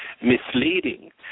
misleading